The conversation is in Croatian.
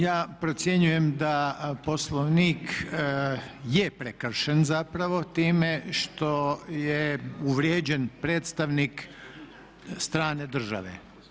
Ja procjenjujem da Poslovnik je prekršen zapravo time što je uvrijeđen predstavnik strane države.